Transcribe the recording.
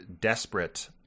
desperate